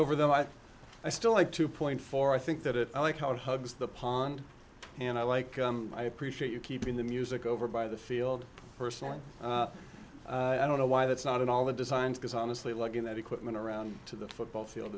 over them i think i still like two point four i think that it i like how it hugs the pond and i like i appreciate you keeping the music over by the field personally i don't know why that's not in all the designs because honestly looking that equipment around to the football field